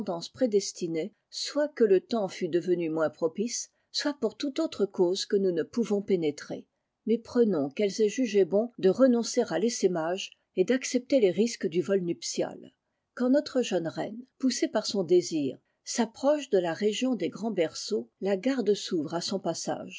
prédestinée soit que le temps fût devenu moins propice soit pour toute autre cause que nous ne pouvons pénétrer mais prenons qu'elles aienl jugé bon de renoncer à tessaimage et d'accepter les risques du vol nuptial quand notre jeune reine poussée par son désir s'approche de la région des grands berceaux la garde s'ouvre à son passage